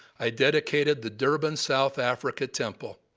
i dedicated the durban south africa temple.